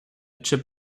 chip